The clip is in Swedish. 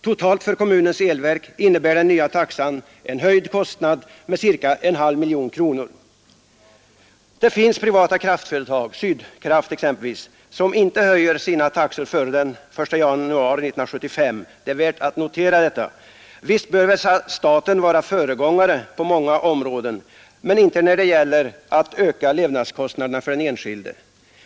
Totalt för kommunens elverk innebär den nya taxan en höjd kostnad med ca en halv miljon kronor. Det finns privata kraftföretag, Sydkraft exempelvis, som inte höjer sina taxor före den 1 januari 1975. Det är värt att notera. Visst bör staten vara föregångare på många områden men inte när det gäller att öka levnadskostnaderna för den enskilde.